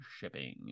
shipping